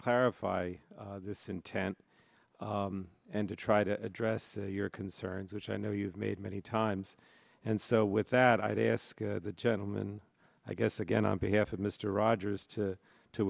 clarify this intent and to try to address your concerns which i know you've made many times and so with that i'd ask the gentleman i guess again on behalf of mr rogers to to